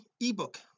ebook